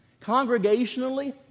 congregationally